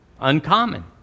uncommon